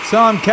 Tom